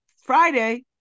Friday